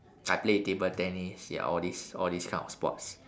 I play table tennis ya all this all this kind of sports